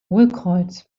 hohlkreuz